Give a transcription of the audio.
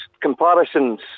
Comparisons